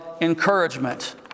encouragement